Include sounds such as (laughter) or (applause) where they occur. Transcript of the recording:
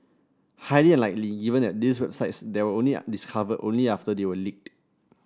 highly unlikely given that these websites were only (unintelligible) discovered only after they were leaked